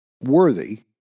worthy